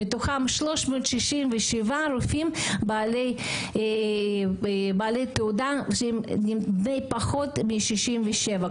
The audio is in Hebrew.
מתוכם 367 רופאים בעלי תעודה והתמחות בגיל 67,